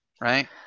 right